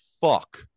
fuck